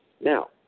Now